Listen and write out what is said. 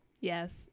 Yes